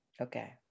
okay